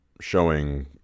showing